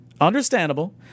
understandable